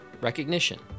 Recognition